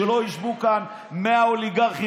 שלא יישבו כאן 100 אוליגרכים,